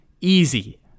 easy